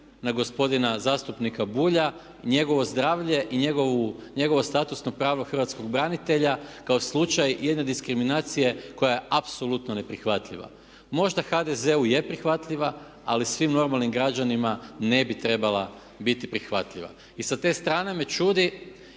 na gospodina zastupnika Bulja, njegovo zdravlje i njegovo statusno pravo hrvatskog branitelja kao slučaj jedne diskriminacije koja je apsolutno neprihvatljiva. Možda HDZ-u je prihvatljiva ali svim normalnim građanima ne bi trebala biti prihvatljiva. I sa te strane me čudi